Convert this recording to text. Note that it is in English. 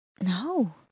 No